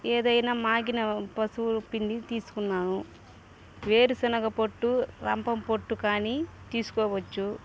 ఏదైనా మాగిన పశువు పిండి తీసుకున్నాను వేరుశనగ పొట్టు రంపం పొట్టు కానీ తీసుకోవచ్చు